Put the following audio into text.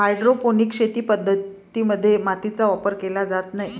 hydroponic शेती पद्धतीं मध्ये मातीचा वापर केला जात नाही